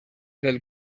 del